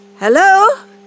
Hello